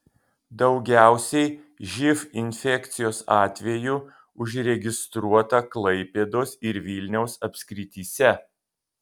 daugiausiai živ infekcijos atvejų užregistruota klaipėdos ir vilniaus apskrityse